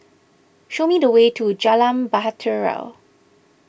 show me the way to Jalan Bahtera